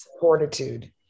fortitude